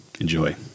Enjoy